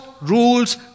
rules